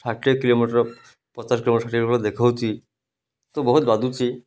ଷାଠିଏ କିଲୋମିଟର ପଚାଶ କିଲୋମିଟର ଷାଠିଏ ଦେଖଉଛି ତ ବହୁତ ବାଧୁଛି